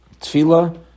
tefillah